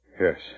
Yes